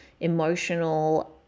emotional